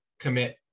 commit